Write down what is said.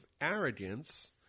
arrogance